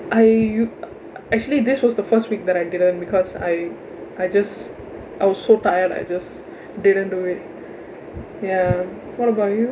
I actually this was the first week that I didn't because I I just I was so tired I just didn't do it ya what about you